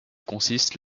consiste